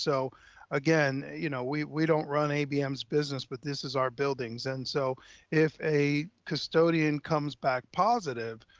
so again, you know, we we don't run abm's business, but this is our buildings. and so if a custodian comes back positive,